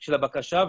של הבקשה,